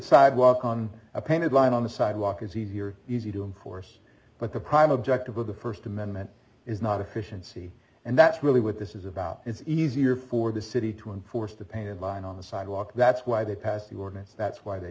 sidewalk on a painted line on the sidewalk is easy or easy to enforce but the prime objective of the first amendment is not efficiency and that's really what this is about it's easier for the city to enforce the painted line on the sidewalk that's why they passed the ordinance that's why they